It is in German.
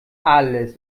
alles